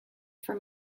from